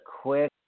quick